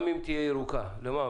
גם אם תהיה ירוקה, למה?